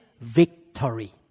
victory